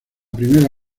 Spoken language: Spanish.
primera